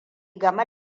game